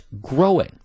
growing